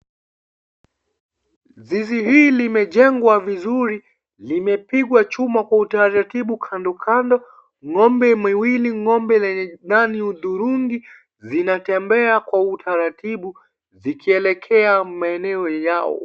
Zizi hili limejengwa vizuri, limepigwa chuma kwa utaratibu kando kando miwili, ngombe yenye rangi hudhurungi zinatembea kwa utaratibu zikielekea maeneo yao.